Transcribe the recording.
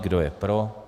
Kdo je pro?